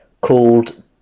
called